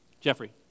Jeffrey